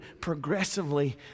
progressively